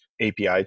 API